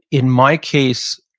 in my case,